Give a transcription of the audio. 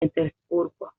petersburgo